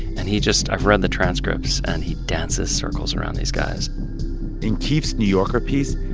and he just i've read the transcripts. and he dances circles around these guys in keefe's new yorker piece,